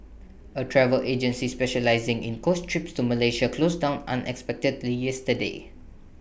A travel agency specialising in coach trips to Malaysia closed down unexpectedly yesterday